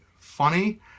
funny